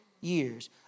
years